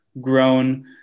grown